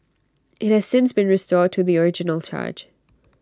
IT has since been restored to the original charge